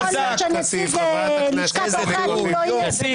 איך יכול להיות שהנשיא ולשכת עורכי הדין לא יהיו --- כסיף,